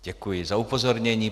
Děkuji za upozornění.